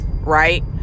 right